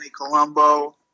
Colombo